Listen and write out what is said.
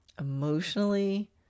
emotionally